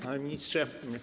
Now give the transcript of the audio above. Panie Ministrze!